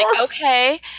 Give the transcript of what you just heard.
okay